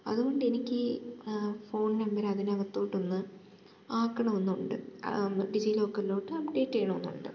അതുകൊണ്ടെനിക്ക് phone number അതിനകത്തോട്ടൊന്ന് ആക്കണമെന്നുണ്ട് ഡിജി ലോക്കറിലോട്ട് അപ്ഡേറ്റ് ചെയ്യണമെന്നുണ്ട്